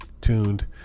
tuned